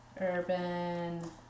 urban